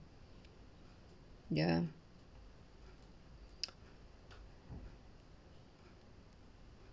ya